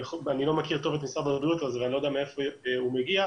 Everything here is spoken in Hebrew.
אני לא מכיר טוב את נציג משרד הבריאות אז אני לא יודע מאיפה הוא מגיע,